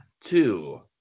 two